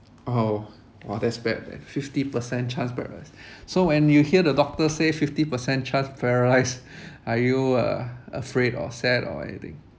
oh !wah! that's bad man fifty percent chance paralysis so when you hear the doctor say fifty percent chance paralyse are you uh afraid or sad or anything